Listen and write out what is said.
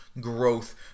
growth